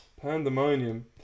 Pandemonium